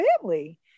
family